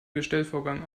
bestellvorgang